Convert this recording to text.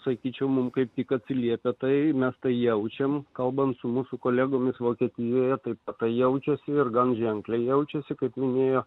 sakyčiau mums kaip tik atsiliepia tai mes tai jaučiam kalbant su mūsų kolegomis vokietijoje taip tai jaučiasi ir gan ženkliai jaučiasi kaip minėjo